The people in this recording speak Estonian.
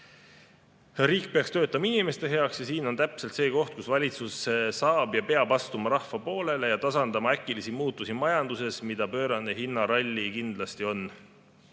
Riik peaks töötama inimeste heaks ja siin on täpselt see koht, kus valitsus saab ja peab astuma rahva poolele ja tasandama majanduses äkilisi muutusi, mida pöörane hinnaralli kindlasti